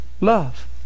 Love